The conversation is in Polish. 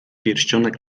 pierścionek